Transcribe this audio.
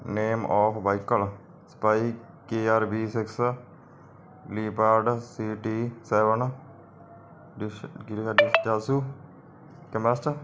name of vehicle ਸਪਾਈ KR V six leopard CT seven